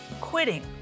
quitting